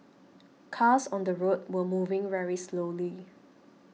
cars on the road were moving very slowly